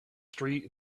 street